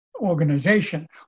organization